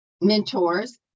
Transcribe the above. mentors